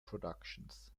productions